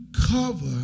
cover